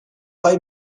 bei